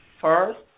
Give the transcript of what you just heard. first